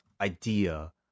idea